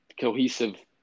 cohesive